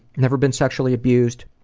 never been sexually abused.